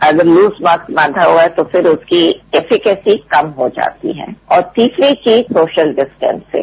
अगर loose mask बांधा हुआ है तो फिर उसकी कैपिसिटी कम हो जाती है और तीसरी चीज सोशल डिस्टेंसिंग